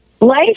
Life